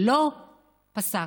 לא פסק,